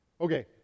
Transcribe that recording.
okay